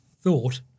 thought